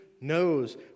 knows